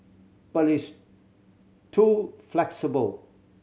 but it's too flexible